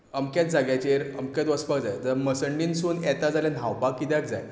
अमक्याच जाग्यांचेर अमक्यान वचपाक जाय जर मसंडींतसून येता जाल्यार न्हावपाक कित्याक जाय